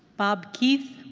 bob keith?